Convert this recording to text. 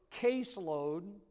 caseload